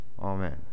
amen